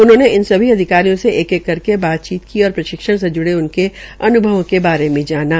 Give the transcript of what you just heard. उन्होंने इन सभी अधिकारियों से एक एक करके बातचीत की और प्रशिक्षण से ज्ड़े उनके अन्भवों के बारे में जाना